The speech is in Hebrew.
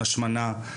השמנה,